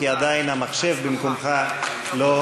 כי עדיין המחשב במקומך לא